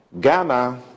Ghana